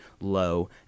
low